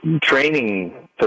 training